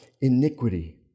iniquity